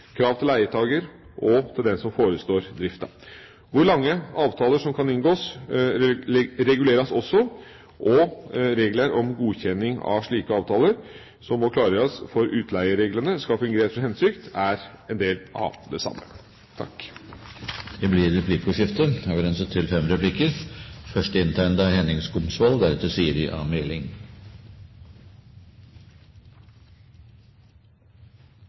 krav til eier, krav til leietaker og krav til den som forestår drifta. Hvor lange avtaler som kan inngås, reguleres også, og regler om godkjenning av slike avtaler som må klargjøres for at utleiereglene skal fungere etter sin hensikt, er en del av det samme. Det blir replikkordskifte.